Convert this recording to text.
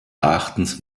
erachtens